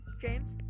james